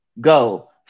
go